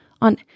on